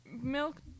milk